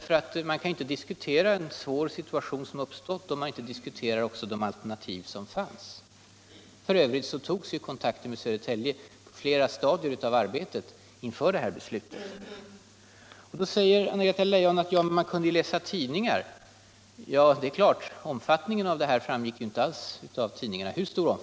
Man kan ju inte diskutera en svår situation om man inte också diskuterar de alternativ som finns. F. ö. togs kontakter med Södertälje kommun i flera stadier av arbetet inför det här beslutet. Sedan sade Anna-Greta Leijon att man kunde väl läsa tidningar. Ja, det är klart. Men hur stor omfattningen var av den här invandringen framgick inte alls av tidningarna.